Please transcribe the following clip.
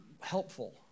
helpful